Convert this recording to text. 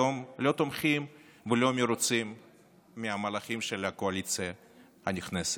לא תומכים ולא מרוצים היום מהמהלכים של הקואליציה הנכנסת.